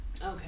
Okay